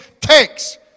takes